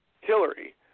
Hillary